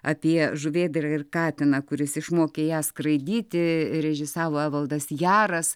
apie žuvėdrą ir katiną kuris išmokė ją skraidyti režisavo evaldas jaras